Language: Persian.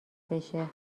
بشه